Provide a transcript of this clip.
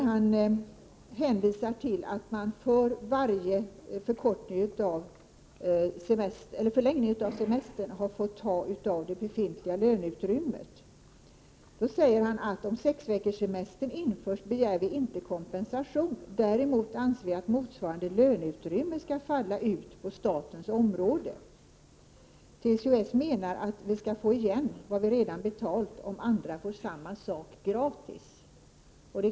Han hänvisar till att man för varje förlängning av semestern fått ta av det befintliga löneutrymmet. Och han säger att ”om sexveckorssemestern införs begär vi inte kompensation. Däremot anser vi att motsvarande löneutrymme skall falla ut på statens område.” TCO-S menar att vi skall få igen vad vi redan betalt om andra får samma sak gratis.